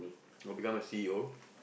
or become a C_E_O